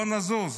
לא נזוז.